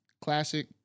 Classic